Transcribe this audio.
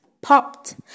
popped